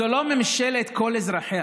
זו לא ממשלת כל אזרחיה,